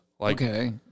Okay